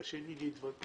קשה לי להתווכח,